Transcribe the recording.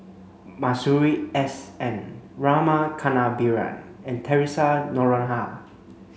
Masuri S N Rama Kannabiran and Theresa Noronha